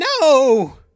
No